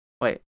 Wait